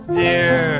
dear